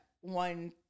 one